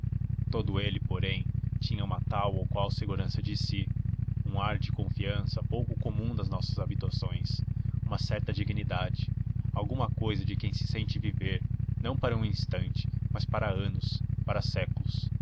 todo ele porém tinha uma tal ou qual segurança de si um ar de confiança pouco comum nas nossas habitações uma certa dignidade alguma cousa de quem se sente viver não para um instante mas para anos para séculos